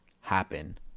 happen